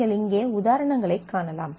நீங்கள் இங்கே உதாரணங்களைக் காணலாம்